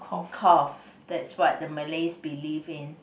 cough that's what the Malay believe in